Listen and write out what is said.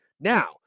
Now